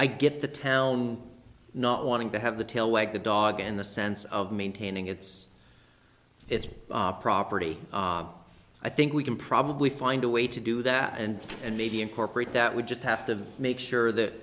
i get the town not wanting to have the tail wag the dog in the sense of maintaining it's its property i think we can probably find a way to do that and and maybe incorporate that we just have to make sure that